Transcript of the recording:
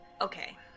Okay